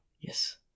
Yes